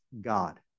God